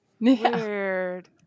Weird